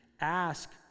ask